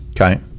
Okay